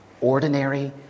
ordinary